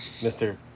Mr